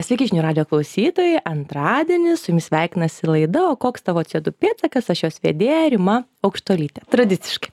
sveiki žinių radijo klausytojai antradienis su jumis sveikinasi laida o koks tavo c o du pėdsakas aš jos vedėja rima aukštuolytė tradiciškai